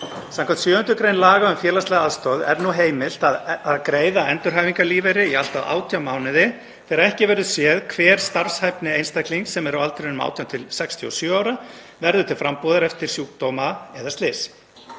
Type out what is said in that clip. Samkvæmt 7. gr. laga um félagslega aðstoð er nú heimilt að greiða endurhæfingarlífeyri í allt að 18 mánuði þegar ekki verður séð hver starfshæfni einstaklings sem er á aldrinum 18 til 67 ára verður til frambúðar eftir sjúkdóma eða slys.